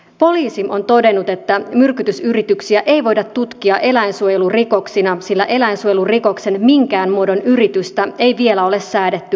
poliisi on todennut että myrkytysyrityksiä ei voida tutkia eläinsuojelurikoksina sillä eläinsuojelurikoksen minkään muodon yritystä ei vielä ole säädetty rangaistavaksi